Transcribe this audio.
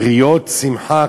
יריות שמחה,